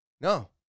No